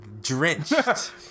drenched